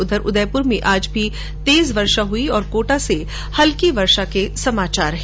उधर उदयपुर में आज भी तेज वर्षा हुई और कोटा से हल्की वर्षा के समाचार हैं